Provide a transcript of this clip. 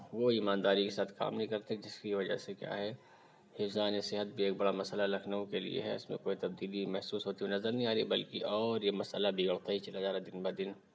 وہ ایمانداری کے ساتھ کام نہیں کرتے جس کی وجہ سے کیا ہے حفظانِ صحت بھی ایک بڑا مسئلہ لکھنؤ کے لیے ہے اِس میں کوئی تبدیلی محسوس ہوتی ہوئی نظر نہیں آ رہی ہے بلکہ اور یہ مسئلہ بگڑتا ہی چلا جا رہا ہے دِن بہ دِن